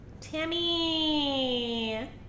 Tammy